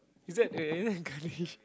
is that eh girly